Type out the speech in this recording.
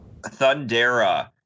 Thundera